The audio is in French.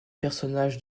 personnages